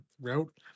route